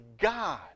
God